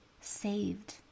saved